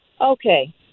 Okay